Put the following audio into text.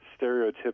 stereotypical